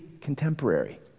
contemporary